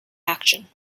action